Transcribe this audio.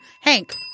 Hank